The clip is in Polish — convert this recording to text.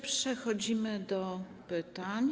Przechodzimy do pytań.